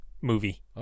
movie